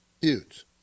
Huge